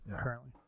currently